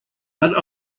but